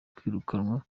kwirukanwa